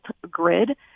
grid